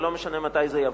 ולא משנה מתי זה יבוא.